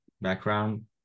background